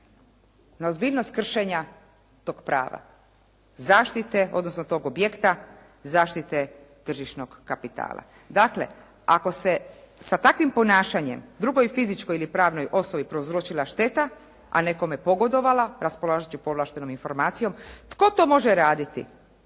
na ozbiljnost kršenja toga prava, zaštite odnosno tog objekta zaštite tržišnog kapitala. Dakle, ako se sa takvim ponašanjem drugoj fizičkoj ili pravnoj osobi prouzročila šteta, a nekome pogodovala raspolagat će povlaštenom informacijom. Tko to može raditi?